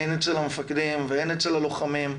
הן אצל המפקדים והן אצל הלוחמים,